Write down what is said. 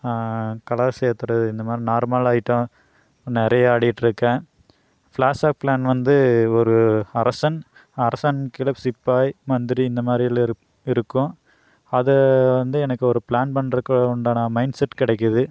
colour சேர்த்துறது இந்தமாதிரி normal item நிறையா ஆடிகிட்டுருக்கேன் ஃபிளாஸ் ஆஃப் ப்ளான் வந்து ஒரு அரசன் அரசன் கீழே சிப்பாய் மந்திரி இந்தமாரி இரு இருக்கும் அதைவந்து எனக்கு ஒரு ப்ளான் பண்ணுறக்கு உண்டான மைன்ட்செட் கிடைக்குது